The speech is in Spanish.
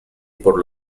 por